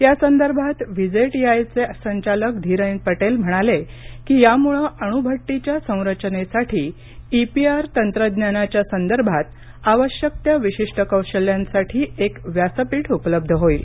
यासंदर्भात V J T I चे संचालक धीरन पटेल म्हणाले की यामुळं अणुभट्टीच्या संरचेनेसाठी ई पी आर तंत्रज्ञानाच्या संदर्भात आवश्यक त्या विशिष्ट कौशल्यांसाठी एक व्यासपीठ उपलब्ध होईल